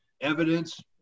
evidence